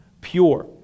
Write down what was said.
pure